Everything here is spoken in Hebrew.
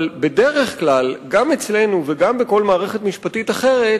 אבל בדרך כלל גם אצלנו וגם בכל מערכת משפטית אחרת